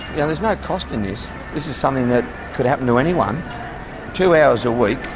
yeah there's no cost in this, this is something that could happen to anyone two hours a week,